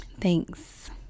thanks